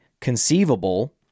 conceivable